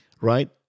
Right